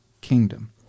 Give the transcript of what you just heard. kingdom